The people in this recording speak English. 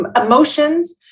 emotions